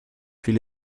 puis